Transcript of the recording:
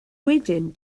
wedyn